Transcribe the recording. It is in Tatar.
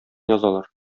язалар